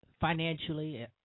financially